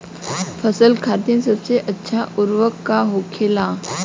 फसल खातीन सबसे अच्छा उर्वरक का होखेला?